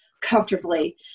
comfortably